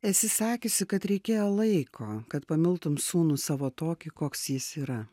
esi sakiusi kad reikėjo laiko kad pamiltum sūnų savo tokį koks jis yra